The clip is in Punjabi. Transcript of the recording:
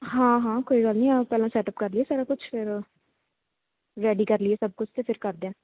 ਹਾਂ ਹਾਂ ਕੋਈ ਗੱਲ ਨਹੀਂ ਆਹ ਪਹਿਲਾਂ ਸੈਟਅਪ ਕਰ ਲਈਏ ਸਾਰਾ ਕੁਛ ਫਿਰ ਰੈਡੀ ਕਰ ਲਈਏ ਸਭ ਕੁਛ ਅਤੇ ਫਿਰ ਕਰਦੇ ਹਾਂ